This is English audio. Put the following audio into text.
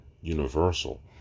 universal